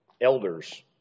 elders